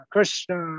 Krishna